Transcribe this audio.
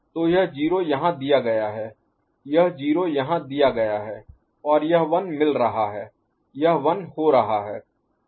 तो यह 0 यहां दिया गया है यह 0 यहां दिया गया है और यह 1 मिल रहा है यह 1 हो रहा है